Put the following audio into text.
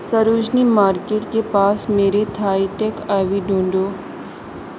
Sarojini market کے پاس میرے تھائی ٹیک ڈھونڈو